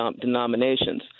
denominations